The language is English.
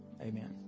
amen